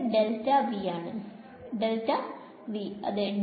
dV അല്ലെ